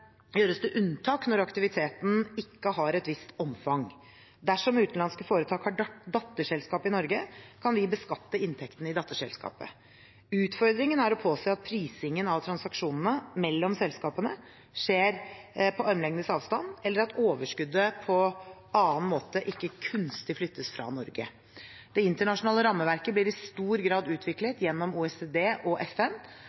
det unntak når aktiviteten ikke har et visst omfang. Dersom utenlandske foretak har datterselskap i Norge, kan vi beskatte inntekten i datterselskapet. Utfordringen er å påse at prisingen av transaksjonene mellom selskapene skjer på armlengdes avstand, eller at overskuddet på annen måte ikke kunstig flyttes fra Norge. Det internasjonale rammeverket blir i stor grad